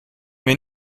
mir